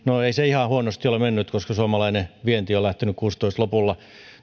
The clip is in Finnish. ei se ihan huonosti ole mennyt koska suomalainen vienti on lähtenyt vuoden kuusitoista lopulla